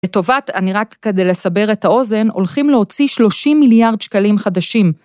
לטובת, אני רק כדי לסבר את האוזן, הולכים להוציא 30 מיליארד שקלים חדשים.